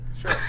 sure